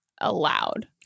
allowed